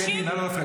קטי, לא להפריע.